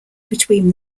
between